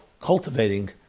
cultivating